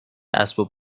اسباب